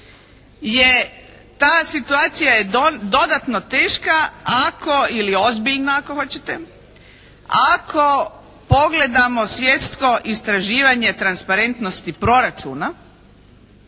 ta situacija, je dodatno teška ako ili ozbiljna ako hoćete, ako pogledamo svjetsko istraživanje transparentnosti proračuna